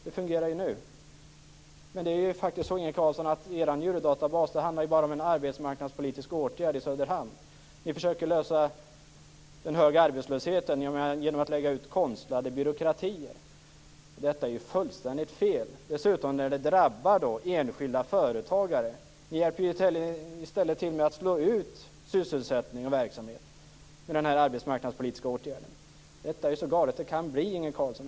Det fungerar ju nu. Men det är faktiskt så, Inge Carlsson, att er djurdatabas bara handlar om en arbetsmarknadspolitisk åtgärd i Söderhamn. Ni försöker lösa den höga arbetslösheten genom att lägga ut konstlade byråkratier. Detta är fullständigt fel. Dessutom drabbar det enskilda företagare. Ni hjälper i stället till att slå ut sysselsättning och verksamhet med dessa arbetsmarknadspolitiska åtgärder. Detta är så galet det kan bli, Inge Carlsson.